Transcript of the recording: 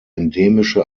endemische